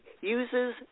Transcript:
uses